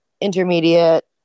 Intermediate